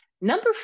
Number